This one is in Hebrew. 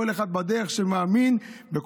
כל אחד בדרך שהוא מאמין בה,